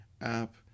app